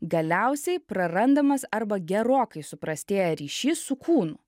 galiausiai prarandamas arba gerokai suprastėja ryšys su kūnu